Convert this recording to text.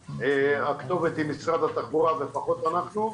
הכתובת היא משרד התחבורה ופחות אנחנו.